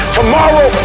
tomorrow